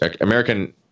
American